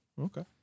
Okay